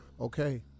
okay